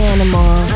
Animal